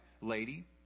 lady